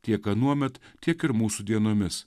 tiek anuomet tiek ir mūsų dienomis